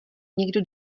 někdo